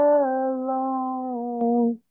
alone